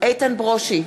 איתן ברושי,